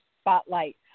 spotlight